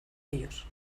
ellos